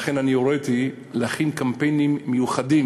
לכן הוריתי להכין קמפיינים מיוחדים